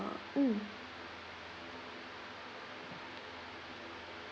mm